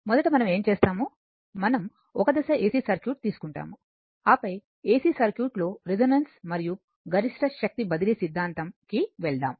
మొదట మనం ఏమి చేస్తాము మనం సింగిల్ ఫేస్ ఏసి సర్క్యూట్ తీసుకుంటాము ఆపై ఏసి సర్క్యూట్ లో రెసోనెన్స్ మరియు గరిష్ట శక్తి బదిలీ సిద్ధాంతం కి వెళ్దాం